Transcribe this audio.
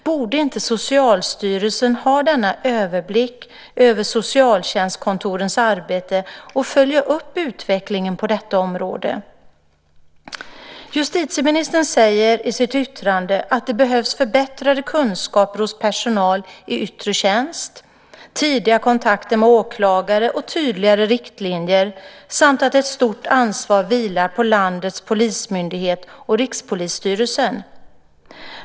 Borde inte Socialstyrelsen ha denna överblick över socialtjänstkontorens arbete och följa upp utvecklingen på detta område? Justitieministern säger i sitt svar att det behövs förbättrade kunskaper hos personal i yttre tjänst, tidiga kontakter med åklagare och tydligare riktlinjer samt att ett stort ansvar vilar på landets polismyndigheter och Rikspolisstyrelsen.